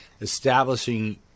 establishing